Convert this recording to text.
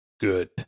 good